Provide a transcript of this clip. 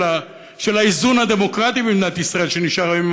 של האיזון הדמוקרטי במדינת ישראל שנשאר היום,